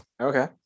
Okay